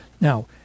Now